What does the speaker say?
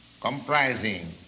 comprising